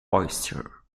oyster